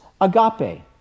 agape